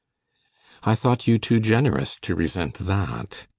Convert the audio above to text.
i thought you too generous to resent that.